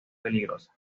peligrosa